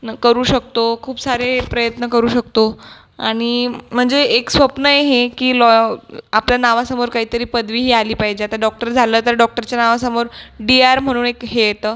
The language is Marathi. आणि करू शकतो खूप सारे प्रयत्न करू शकतो आणि म्हणजे एक स्वप्न आहे हे की लॉ आपल्या नावासमोर काही तरी पदवी ही आली पाहिजे आता डॉक्टर झालं तर डॉक्टरच्या नावासमोर डी आर म्हणून एक हे येतं